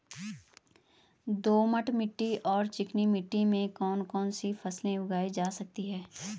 दोमट मिट्टी और चिकनी मिट्टी में कौन कौन सी फसलें उगाई जा सकती हैं?